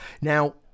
Now